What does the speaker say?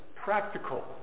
Practical